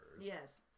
Yes